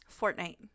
Fortnite